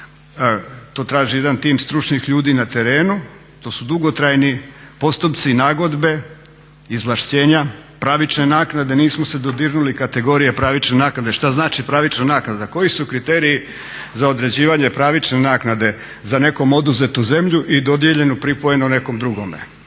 To traži jedan tim stručnih ljudi na terenu, to su dugotrajni postupci i nagodbe, izvlaštenja, pravične naknade. Nismo se dodirnuli kategorije pravične naknade. Što znači pravična naknada, koji su kriteriji za određivanje pravične naknade za nekom oduzetu zemlju i dodijeljenu, pripojenu nekom drugome